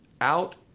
out